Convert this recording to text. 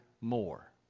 more